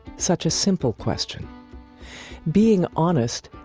such a simple question being honest,